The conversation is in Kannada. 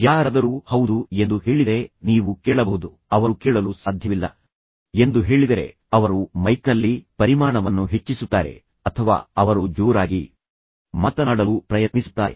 ಯಾರಾದರೂ ಹೌದು ಎಂದು ಹೇಳಿದರೆ ನೀವು ಕೇಳಬಹುದು ಅವರು ಕೇಳಲು ಸಾಧ್ಯವಿಲ್ಲ ಎಂದು ಹೇಳಿದರೆ ಅವರು ಮೈಕ್ನಲ್ಲಿ ಪರಿಮಾಣವನ್ನು ಹೆಚ್ಚಿಸುತ್ತಾರೆ ಅಥವಾ ಅವರು ಜೋರಾಗಿ ಮಾತನಾಡಲು ಪ್ರಯತ್ನಿಸುತ್ತಾರೆ